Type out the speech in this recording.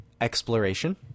exploration